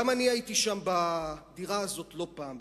גם אני הייתי שם בדירה הזאת בתל-אביב לא פעם,